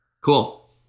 Cool